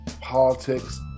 politics